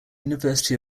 university